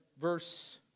verse